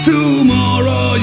Tomorrow